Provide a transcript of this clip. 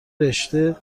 رشتهء